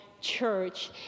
church